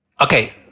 Okay